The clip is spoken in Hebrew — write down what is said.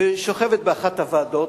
והיא שוכבת באחת הוועדות,